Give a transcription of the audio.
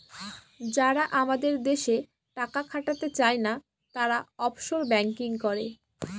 যারা আমাদের দেশে টাকা খাটাতে চায়না, তারা অফশোর ব্যাঙ্কিং করে